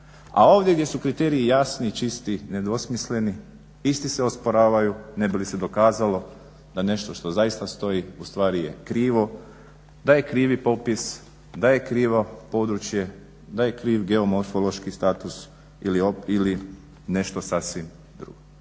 a ovdje gdje su kriteriji jasniji, čistiji, ne dvosmisleniji isti se osporavaju ne bi li se dokazalo da nešto što zaista stoji ustvari je krivo, da je krivi popis, da je krivo područje, da je kriv geomorfološki status ili nešto sasvim drugo.